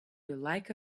lack